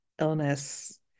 illness